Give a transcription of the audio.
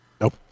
Nope